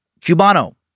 Cubano